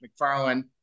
McFarlane